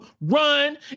run